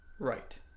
Right